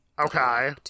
Okay